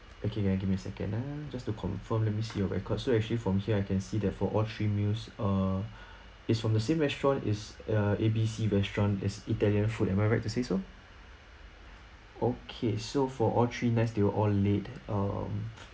okay can give me a second ah just to confirm let me see your record so actually from here I can see that for all three meals uh is from the same restaurant is err A B C restaurant is italian food am I right to say so okay so for all three nights they were all late um